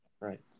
Right